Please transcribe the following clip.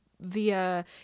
via